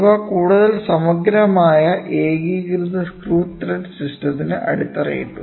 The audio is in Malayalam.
ഇവ കൂടുതൽ സമഗ്രമായ ഏകീകൃത സ്ക്രൂ ത്രെഡ് സിസ്റ്റത്തിന് അടിത്തറയിട്ടു